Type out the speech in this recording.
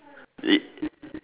y~